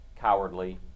cowardly